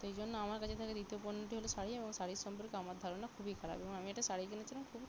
তো এই জন্য আমার কাছে থাকা দ্বিতীয় পণ্যটি হলো শাড়ি এবং শাড়ির সম্পর্কে আমার ধারণা খুবই খারাপ এবং আমি একটা শাড়ি কিনেছিলাম খুবই